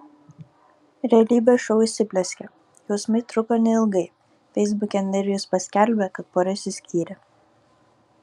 realybės šou įsiplieskę jausmai truko neilgai feisbuke nerijus paskelbė kad pora išsiskyrė